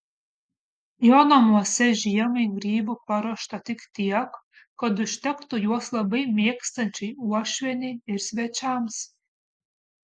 jo namuose žiemai grybų paruošta tik tiek kad užtektų juos labai mėgstančiai uošvienei ir svečiams